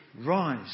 Rise